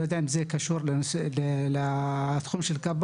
אני לא יודע אם היא קשורה לתחום של הכבאות,